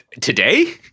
today